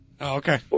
Okay